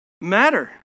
matter